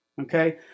Okay